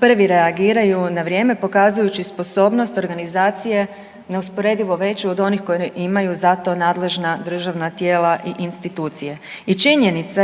Prvi reagiraju na vrijeme pokazujući sposobnost organizacije neusporedivo veću od onih koji imaju za to nadležna državna tijela i institucije. I činjenica